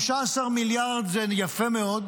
15 מיליארד זה יפה מאוד,